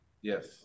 Yes